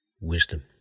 wisdom